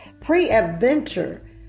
Pre-adventure